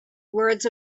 words